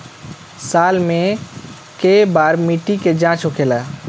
साल मे केए बार मिट्टी के जाँच होखेला?